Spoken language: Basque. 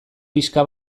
pixka